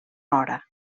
hora